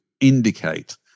indicate